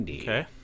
Okay